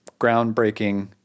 groundbreaking